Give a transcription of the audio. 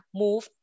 move